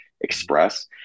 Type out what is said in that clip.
express